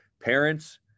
parents